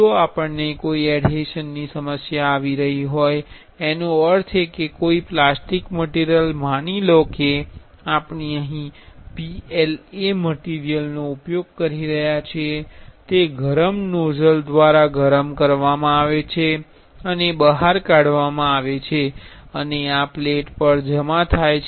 જો આપણને કોઈ એડહેશનની સમસ્યા આવી રહી છે તેનો અર્થ એ કે કોઈ પ્લાસ્ટિક મટીરિયલ માની લો કે આપણે અહીં PLA મટીરિયલનો ઉપયોગ કરી રહ્યા છીએ તે ગરમ નોઝલ દ્વારા ગરમ કરવામાં આવે છે અને બહાર કઢાવામા આવે છે અને આ પ્લેટ પર જમા થાય છે